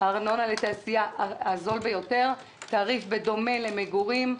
הארנונה לתעשייה הזול ביותר, תעריף בדומה למגורים,